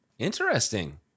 Interesting